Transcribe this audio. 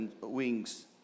wings